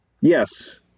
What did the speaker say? yes